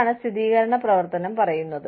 അതാണ് സ്ഥിരീകരണ പ്രവർത്തനം പറയുന്നത്